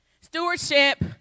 stewardship